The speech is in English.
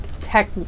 tech